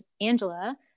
Angela